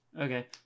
Okay